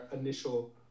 initial